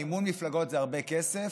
מימון מפלגות זה הרבה כסף,